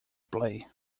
play